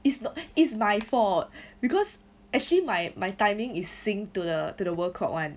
it's not it's my fault because actually my my timing is sync to the to the world clock [one]